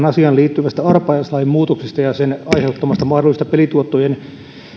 asiaan liittyvästä arpajaislain muutoksesta ja sen aiheuttamasta mahdollisesta pelituottojen